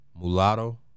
Mulatto